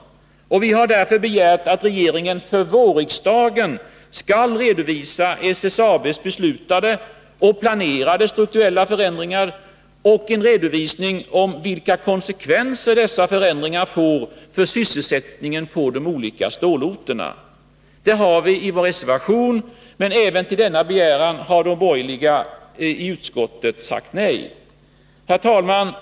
Vi socialdemokrater har därför begärt att regeringen för riksdagen under våren skall redovisa SSAB:s beslutade och planerade strukturella förändringar och vilka konsekvenser dessa förändringar får för sysselsättningen på de olika stålorterna. Det har vi begärt i vår reservation, men även till denna begäran har den borgerliga utskottsmajoriteten sagt nej. Herr talman!